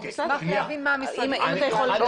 אני אשמח להבין מה המשרדים אומרים.